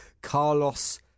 Carlos